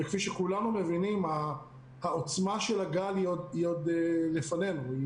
וכפי שכולנו מבינים עוצמת הגל עוד לפנינו.